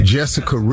Jessica